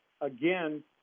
again